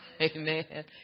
Amen